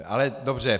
Ale dobře.